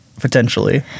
potentially